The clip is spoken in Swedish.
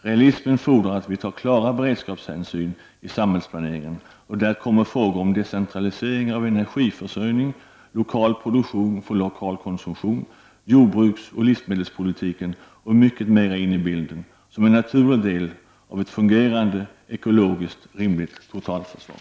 Realismen fordrar att vi tar klara beredskapshänsyn i samhällsplaneringen, och där kommer frågor som decentralisering av energiförsörjning, lokal produktion för lokal konsumtion, jordbruksoch livsmedelspolitiken och mycket mera in i bilden som en naturlig del av ett fungerande ekologiskt rimligt totalförsvar.